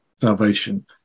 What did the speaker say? salvation